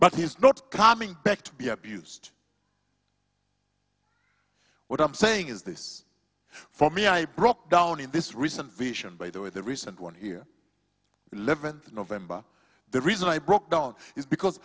but he's not coming back to be abused what i'm saying is this for me i broke down in this recent vision by the way the recent one here eleventh november the reason i broke down is because